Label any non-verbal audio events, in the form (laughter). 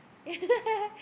(laughs)